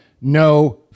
no